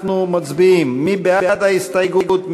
אנחנו מצביעים, מי בעד ההסתייגות?